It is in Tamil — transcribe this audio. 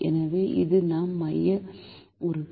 எனவே இது நம் மைய உறுப்பு